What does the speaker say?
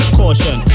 caution